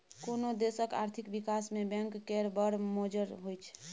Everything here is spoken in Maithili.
कोनो देशक आर्थिक बिकास मे बैंक केर बड़ मोजर होइ छै